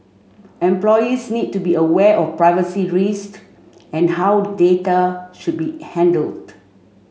employees need to be aware of privacy risk and how data should be handled